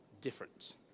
different